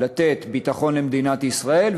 לתת ביטחון למדינת ישראל,